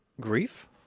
grief